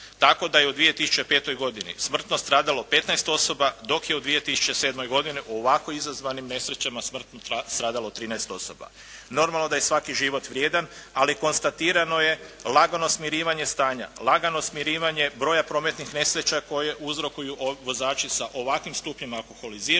tako da je u 2005. godini smrtno stradalo 15 osoba, dok je u 2007. godini u ovako izazvanim nesrećama smrtno stradalo 13 osoba. Normalno da je svaki život vrijedan, ali konstatirano je lagano smirivanje stanja, lagano smanjivanje broja prometnih nesreća koje uzrokuju vozači sa ovakvim stupnjem alkoholiziranosti.